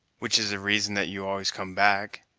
which is the reason that you always come back?